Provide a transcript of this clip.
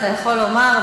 אתה יכול לומר,